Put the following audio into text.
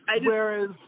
Whereas